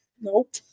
Nope